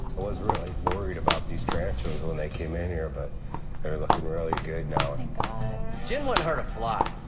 was really worried about these tarantulas when they came in here, but they're looking really good now. thank and god. jen wouldn't hurt a fly.